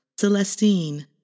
Celestine